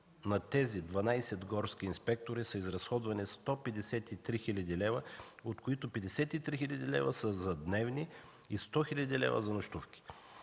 на тези 12 горски инспектори са изразходвани 153 хил. лв., от които 53 хил. лв. са за дневни и 100 хил. лв. – за нощувки.